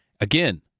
Again